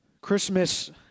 Christmas